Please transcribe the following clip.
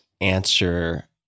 answer